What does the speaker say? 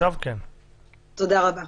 תודה רבה.